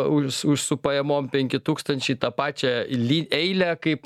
už už su pajamom penki tūkstančiai į tą pačią li eilę kaip